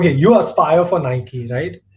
you ah spare for nike right?